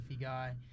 guy